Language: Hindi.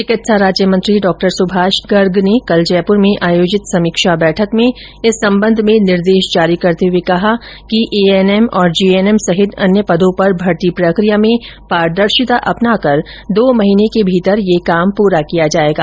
चिकित्सा राज्य मंत्री डॉ सुभाष गर्ग ने कल जयपुर में आयोजित समीक्षा बैठक में इस संबंध में निर्देश जारी करते हुए कहा कि एएनएम और जीएनएम सहित अन्य पदों पर भर्ती प्रक्रिया में पारदर्शिता अपनाकर दो महीने के भीतर यह काम पूरा किया जायेगा